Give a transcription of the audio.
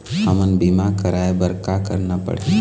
हमन बीमा कराये बर का करना पड़ही?